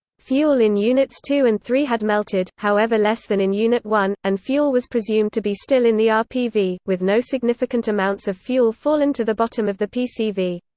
fuel in units two and three had melted, however less than in unit one, and fuel was presumed to be still in the rpv, with no significant amounts of fuel fallen to the bottom of the pcv.